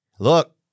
Look